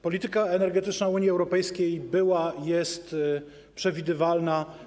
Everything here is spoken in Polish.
Polityka energetyczna Unii Europejskiej była i jest przewidywalna.